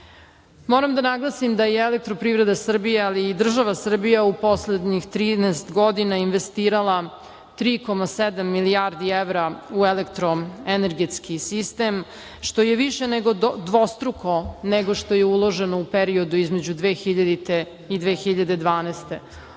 da naglasim da je i "Elektroprivreda Srbije", ali i država Srbija u poslednjih 13 godina investirala 3,7 milijarde evra u elektroenergetski sistem, što je više nego dvostruko nego što je uloženo u periodu između 2000. i 2012. godine.